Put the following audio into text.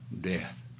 death